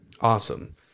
Awesome